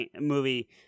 movie